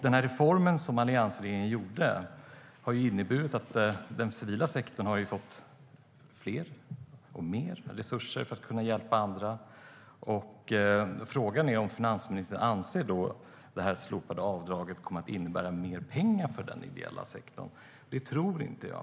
Den reform som alliansregeringen gjorde har inneburit att den civila sektorn fått fler och mer resurser för att kunna hjälpa andra. Frågan är om finansministern anser att det slopade avdraget kommer att innebära mer pengar för den ideella sektorn. Det tror inte jag.